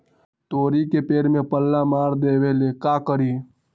तोड़ी के पेड़ में पल्ला मार देबे ले का करी?